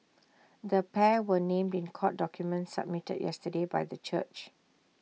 the pair were named in court documents submitted yesterday by the church